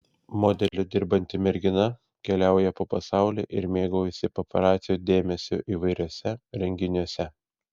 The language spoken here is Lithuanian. modeliu dirbanti mergina keliauja po pasaulį ir mėgaujasi paparacių dėmesiu įvairiuose renginiuose